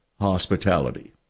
hospitality